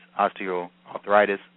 osteoarthritis